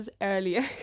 earlier